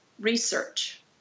research